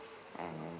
and